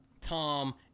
Tom